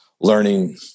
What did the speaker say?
learning